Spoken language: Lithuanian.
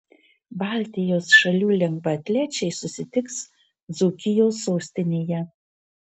baltijos šalių lengvaatlečiai susitiks dzūkijos sostinėje